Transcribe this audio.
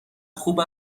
خوب